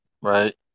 Right